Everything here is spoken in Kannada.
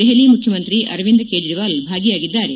ದೆಹಲಿ ಮುಖ್ಯಮಂತ್ರಿ ಅರವಿಂದ್ ತ್ರೇಜಿವಾಲ್ ಭಾಗಿಯಾಗಿದ್ದಾರೆ